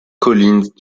collins